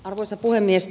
arvoisa puhemies